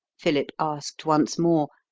philip asked once more,